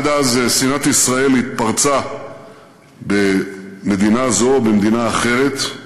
עד אז שנאת ישראל התפרצה במדינה זו או במדינה אחרת,